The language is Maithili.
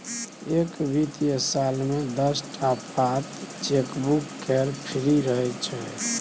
एक बित्तीय साल मे दस टा पात चेकबुक केर फ्री रहय छै